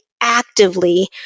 actively